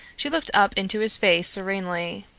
she looked up into his face serenely.